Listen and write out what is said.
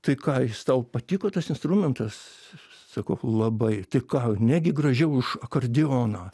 tai ką jis tau patiko tas instrumentas sakau labai tai ką negi gražiau už akordeoną